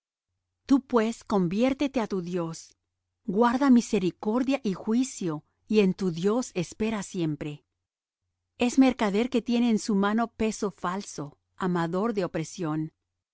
tú pues conviértete á tu dios guarda misericordia y juicio y en tu dios espera siempre es mercader que tiene en su mano peso falso amador de opresión